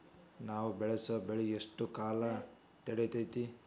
ನಾವು ಬೆಳಸೋ ಬೆಳಿ ಎಷ್ಟು ಕಾಲ ತಡೇತೇತಿ?